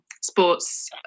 sports